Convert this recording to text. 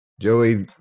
Joey